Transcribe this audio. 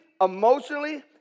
emotionally